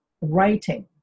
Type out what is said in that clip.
writing